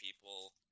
people